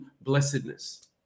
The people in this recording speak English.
blessedness